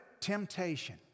temptation